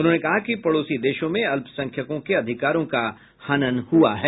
उन्होंने कहा कि पड़ोसी देशों में अल्पसंख्यकों के अधिकारों का हनन हुआ है